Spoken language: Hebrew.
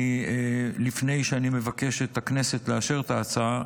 לפני שאני אבקש מהכנסת לאשר את ההצעה,